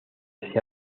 sea